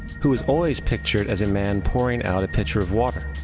who is always pictured as a man pouring out a pitcher of water.